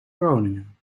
groningen